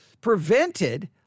prevented